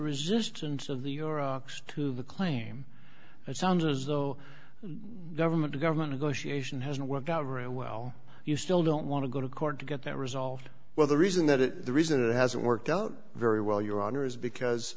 resistance of the your ox to the claim it sounds as though government to government to go she asian hasn't worked out around well you still don't want to go to court to get that resolved well the reason that the reason it hasn't worked out very well your honor is because